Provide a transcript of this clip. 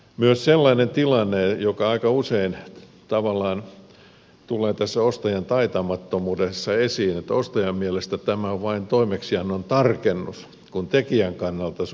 myös sellainen tilanne joka aika usein tavallaan tulee tässä ostajan taitamattomuudessa esiin on että ostajan mielestä tämä on vain toimeksiannon tarkennus kun tekijän kannalta se on muutos